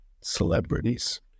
celebrities